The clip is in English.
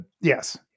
yes